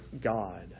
God